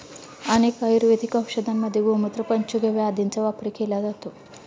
अनेक आयुर्वेदिक औषधांमध्ये गोमूत्र, पंचगव्य आदींचा वापर केला जातो